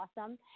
awesome